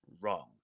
wrong